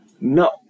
no